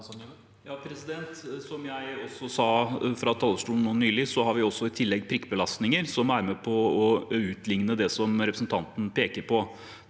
Som jeg sa fra talerstolen nylig, har vi i tillegg prikkbelastninger, som er med på å utligne det som representanten peker på.